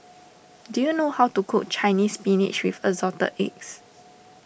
do you know how to cook Chinese Spinach with Assorted Eggs